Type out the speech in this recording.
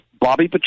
Bobby